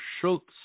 Schultz